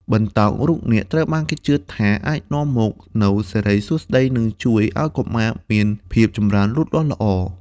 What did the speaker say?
បណ្ដោងរូបនាគត្រូវបានគេជឿថាអាចនាំមកនូវសិរីសួស្តី និងជួយឱ្យកុមារមានភាពចម្រើនលូតលាស់ល្អ។